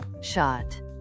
shot